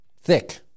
Thick